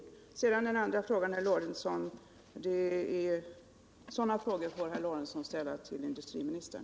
När det gäller den andra frågan så får herr Lorentzon ställa den till industriministern.